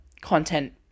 content